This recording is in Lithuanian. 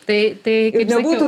tai tai galbūt